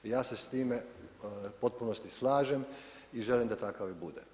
Ja se s time u potpunosti slažem i želim da takav i bude.